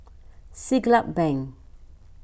Siglap Bank